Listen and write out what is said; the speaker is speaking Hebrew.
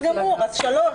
בסדר גמור, אז שלוש.